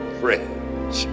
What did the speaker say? friends